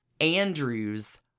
Andrews